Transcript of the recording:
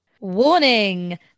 warning